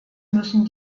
müssen